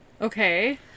Okay